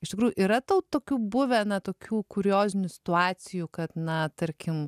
iš tikrųjų yra tau tokių buvę na tokių kuriozinių situacijų kad na tarkim